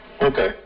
Okay